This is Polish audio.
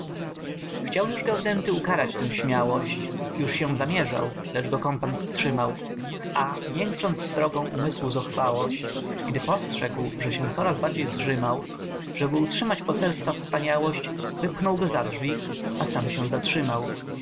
chciał już gaudenty ukarać tę śmiałość już się zamierzał lecz go kompan wstrzymał a miękcząc srogą umysłu zuchwałość gdy postrzegł że się coraz bardziej zżymał żeby utrzymać poselstwa wspaniałość wypchnął go za drzwi a sam się zatrzymał